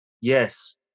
yes